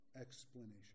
explanation